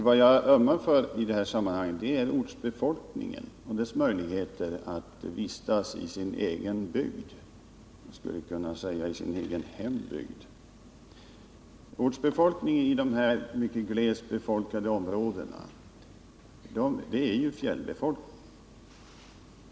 Vad jag ömmar för i det här sammanhanget är ortsbefolkningen och dess möjligheter att vistas i sin egen hembygd. Ortsbefolkningen i de här mycket glest befolkade områdena är ju fjällbefolkningen.